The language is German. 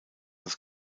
das